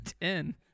ten